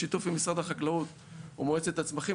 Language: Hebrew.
בשיתוף עם משרד החקלאות או עם מועצת הצמחים,